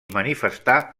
manifestar